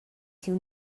siu